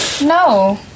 No